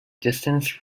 distance